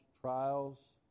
trials